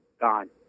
gone